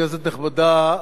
כנסת נכבדה,